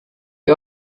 die